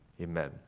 Amen